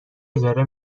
اجاره